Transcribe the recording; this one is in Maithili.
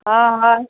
हँ हय